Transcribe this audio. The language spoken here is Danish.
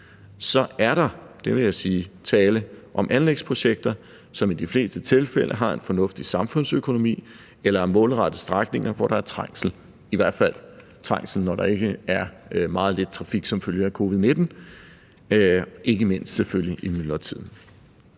sige, enten tale om anlægsprojekter, som i de fleste tilfælde har en fornuftig samfundsøkonomi, eller om målrettede strækninger, hvor der er trængsel – eller i hvert fald trængsel, når der ikke er meget lidt trafik som følge af covid-19 – selvfølgelig ikke mindst i